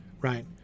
right